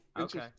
okay